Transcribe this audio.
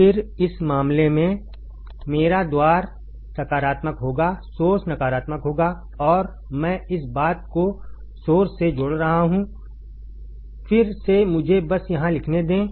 फिर इस मामले में मेरा द्वार सकारात्मक होगा सोर्स नकारात्मक होगा और मैं इस बात को सोर्स से जोड़ रहा हूं फिर से मुझे बस यहां लिखने दें